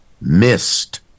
missed